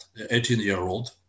18-year-old